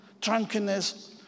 drunkenness